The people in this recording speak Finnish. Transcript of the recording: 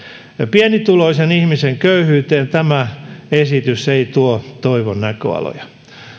pienituloisen ihmisen köyhyyteen tämä esitys ei tuo toivon näköaloja